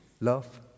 love